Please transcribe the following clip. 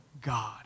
God